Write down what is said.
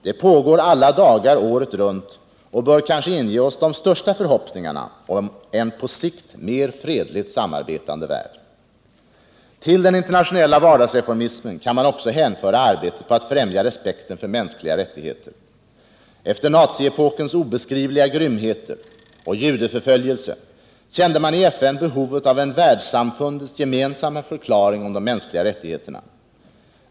Det pågår alla dagar året runt och bör kanske inge oss de största förhoppningarna om en på sikt mer fredligt samarbetande värld. Till den internationella vardagsreformismen kan man också hänföra arbetet på att främja respekten för mänskliga rättigheter. Efter naziepokens obeskrivliga grymheter och judeförföljelser kände man i FN behovet av en världssamfundets gemensamma förklaring om de mänskliga rättigheterna.